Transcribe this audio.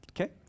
Okay